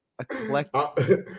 eclectic